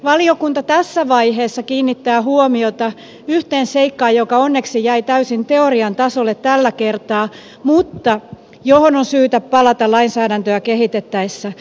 valiokunta tässä vaiheessa kiinnittää huomiota yhteen seikkaan joka onneksi jäi täysin teorian tasolle tällä kertaa mutta johon on syytä palata lainsäädäntöä kehitettäessä